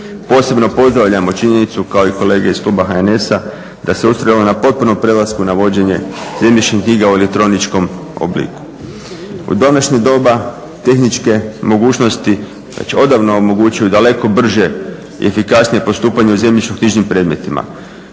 Posebno pozdravljamo činjenicu kao i kolege iz kluba HNS-a, da se ustrajalo na potpunom prelasku na vođenje zemljišnih knjiga u elektroničkom obliku. U današnje doba tehničke mogućnosti znači odavno omogućuju daleko brže i efikasnije postupanje u zemljišno-knjižnim predmetima.